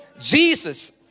Jesus